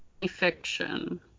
fiction